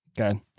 Okay